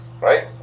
right